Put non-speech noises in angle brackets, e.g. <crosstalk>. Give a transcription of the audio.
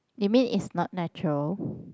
you mean it's not natural <breath>